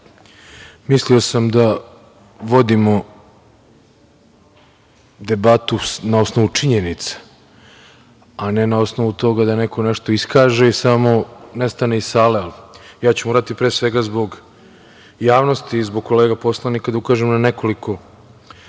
sam da vodimo debatu na osnovu činjenica, a ne na osnovu toga da neko nešto iskaže i samo nestane iz sale. Ja ću morati, pre svega, zbog javnosti i kolega poslanika da ukažem na nekoliko